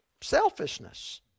selfishness